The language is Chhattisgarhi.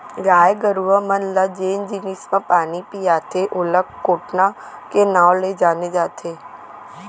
गाय गरूवा मन ल जेन जिनिस म पानी पियाथें ओला कोटना के नांव ले जाने जाथे